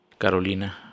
Carolina